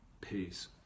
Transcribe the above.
peace